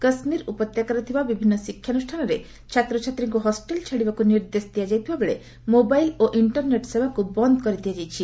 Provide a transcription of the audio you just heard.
କାଶ୍ମୀର ଉପତ୍ୟକାରେ ଥିବା ବିଭିନ୍ନ ଶିକ୍ଷାନୁଷାନରେ ଛାତ୍ରଛାତ୍ରୀଙ୍କୁ ହଷ୍ଟେଲ୍ ଛାଡ଼ିବାକୁ ନିର୍ଦ୍ଦେଶ ଦିଆଯାଇଥିବା ବେଳେ ମୋବାଇଲ୍ ଓ ଇଷ୍କରନେଟ୍ ସେବାକୁ ବନ୍ଦ କରିଦିଆଯାଇଛି